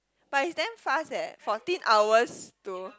but he damn fast eh fourteen hours to